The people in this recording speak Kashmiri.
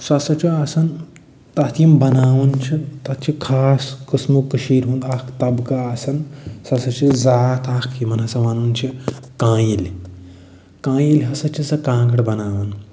سُہ ہسا چھُ آسان تتھ یِم بناوان چھِ تَتھ چھِ خاص قٕسمُک کٔشیٖرِ ہُنٛد اکھ طبقہٕ آسان سُہ ہسا چھِ ذات اکھ یِمن ہَسا وَنان چھِ کانِلۍ کانِلۍ ہَسا چھِ آسان کانٛگٕر بناوان